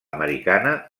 americana